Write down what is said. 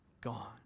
gone